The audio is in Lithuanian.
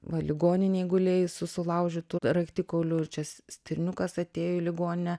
va ligoninėj gulėjai su sulaužytu raktikauliu ir čia stirniukas atėjo į ligoninę